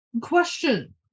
question